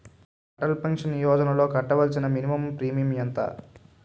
Atal pension యోజనలో కట్టవలసిన minimum premium ఎంత?